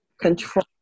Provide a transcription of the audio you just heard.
control